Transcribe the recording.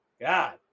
God